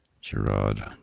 Gerard